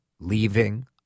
leaving